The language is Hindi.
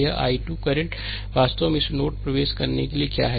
यह i 2 करंट वास्तव में इस नोड में प्रवेश करने के लिए क्या है